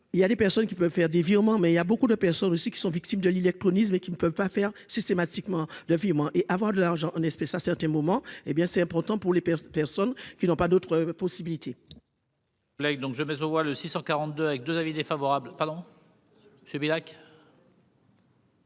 il y a des personnes qui peuvent faire des virements, mais il y a beaucoup de personnes aussi qui sont victimes de l'illectronisme et qui ne peut pas faire systématiquement de et avoir de l'argent en espèce à certains moments, hé bien, c'est important pour les personnes qui n'ont pas d'autres possibilités.